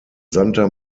santa